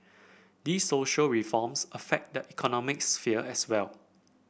these social reforms affect the economic sphere as well